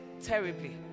terribly